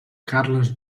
carles